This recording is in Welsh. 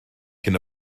cyn